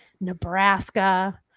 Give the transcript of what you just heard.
Nebraska